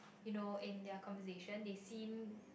you know in their conversation they seem